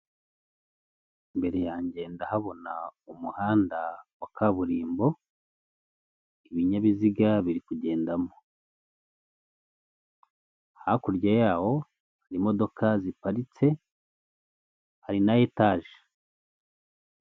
Imbere yanjye ndahabona umuhanda wa kaburimbo, ibinyaziga biri kugendamo, hakurya yawo hari imodoka ziparitse hari na etaje.